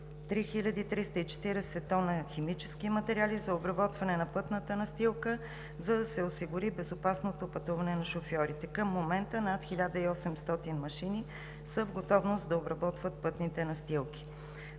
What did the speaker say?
3340 тона химически материали за обработване на пътната настилка, за да се осигури безопасното пътуване на шофьорите. Към момента над 1800 машини са в готовност да обработват пътните настилки.